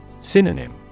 Synonym